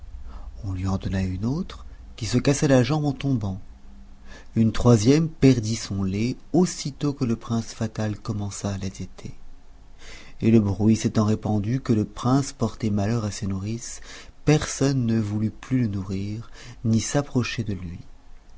lui en donna une autre qui se cassa la jambe en tombant une troisième perdit son lait aussitôt que le prince fatal commença à la téter et le bruit s'étant répandu que le prince portait malheur à ses nourrices personne ne voulut plus le nourrir ni s'approcher de lui